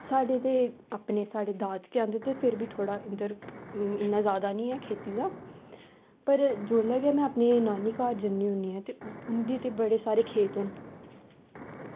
साढ़े ते अपने साढ़े दादके ते फिर बी थोह्ड़ा इद्धर इन्ना जादा निं ऐ खेती दा पर जेल्लै भी में अपने नानी घर जन्नी आं ते उंदे उत्थें बड़े सारे खेत न